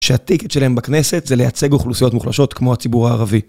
שהטיקט שלהם בכנסת זה לייצג אוכלוסיות מוחלשות כמו הציבור הערבי.